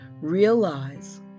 Realize